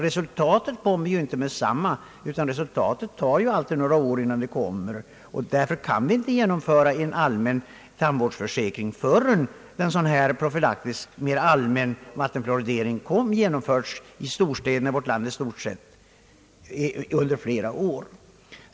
Resultaten kommer inte med detsamma — det tar några år innan de kommer — men vi kan på grund av personalbrist inte genomföra en allmän tandvårdsförsäkring förrän en profylaktisk, mera allmän vattenfiuoridering varit. genomförd i många av våra storstäder under några år.